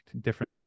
different